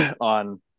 on